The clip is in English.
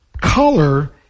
color